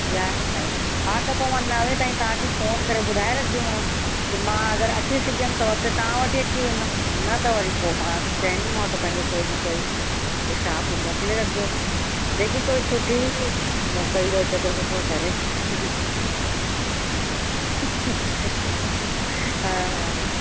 यारहें ताईं हा त पोइ मां नवें ताईं तव्हांखे फ़ोन करे ॿुधाए रखंदीमांव कि मां अगरि अची सघियमि त त तव्हां वटि ई अची वेंदमि न त पोइ वरी मां चईंदीमांव त कोई न कोई स्टाफ़ मोकिले रखिजो लेकिनि कोई सुठी मोकिलिजो जेको सुठे करे हा